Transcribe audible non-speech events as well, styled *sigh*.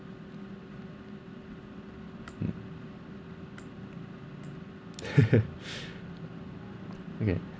*noise* *laughs* okay